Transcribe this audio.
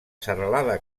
serralada